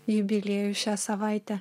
jubiliejų šią savaitę